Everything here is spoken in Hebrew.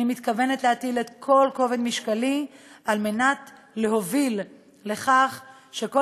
אני מתכוונת להטיל את כל כובד משקלי על מנת להוביל לכך שכל